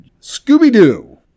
Scooby-Doo